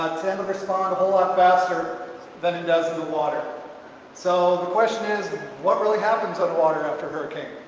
respond a whole lot faster than it does in the water so the question is what really happened to the water after hurricane?